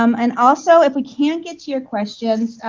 um and also if we can't get to your questions,